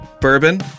bourbon